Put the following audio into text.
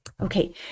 Okay